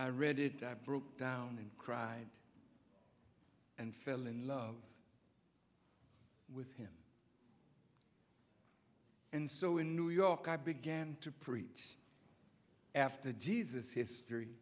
i read it i broke down and cried and fell in love with him and so in new york i began to preach after jesus his theory